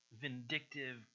vindictive